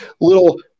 little